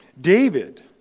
David